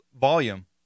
volume